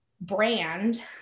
brand